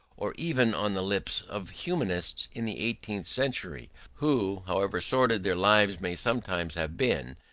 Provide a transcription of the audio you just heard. or even on the lips of humanists in the eighteenth century, who, however sordid their lives may sometimes have been,